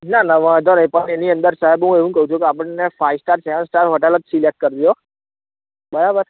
ના ના વાંધો નઇ એની અંદર સાહેબ હું એવું કહું છું કે આપડને five star seven star hotel જ સિલેકટ કરજો બરાબર